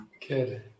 Good